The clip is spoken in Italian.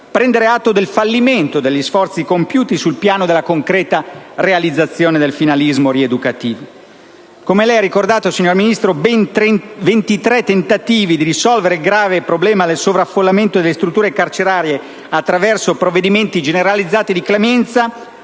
prendendo atto del fallimento degli sforzi compiuti sul piano della concreta realizzazione del finalismo rieducativo. Come lei ha ricordato, signor Ministro, ben 23 tentativi di risolvere il grave problema del sovraffollamento delle strutture carcerarie attraverso provvedimenti generalizzati di clemenza